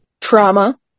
trauma